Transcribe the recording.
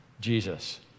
Jesus